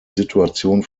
situation